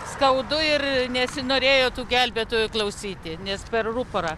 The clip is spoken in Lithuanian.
skaudu ir nesinorėjo tų gelbėtojų klausyti nes per ruporą